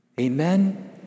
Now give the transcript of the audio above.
Amen